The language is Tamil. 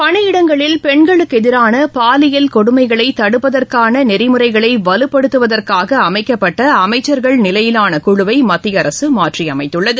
பணியிடங்களில் பெண்களுக்கு எதிரான பாலியல் கொடுமைகளை தடுப்பதற்கான நெறிமுறைகளை வலுப்படுத்துவதற்காக அமைக்கப்பட்ட அமைச்சர்கள் நிலையிலான குழுவை மத்திய அரசு மாற்றி அமைத்குள்ளது